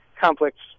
conflicts